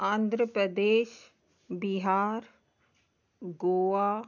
Andhra Pradesh Bihar Goa